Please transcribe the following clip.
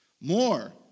more